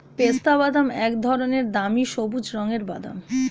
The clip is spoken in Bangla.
পেস্তাবাদাম এক ধরনের দামি সবুজ রঙের বাদাম